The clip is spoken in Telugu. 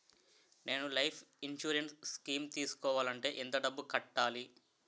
నేను లైఫ్ ఇన్సురెన్స్ స్కీం తీసుకోవాలంటే ఎంత డబ్బు కట్టాలి?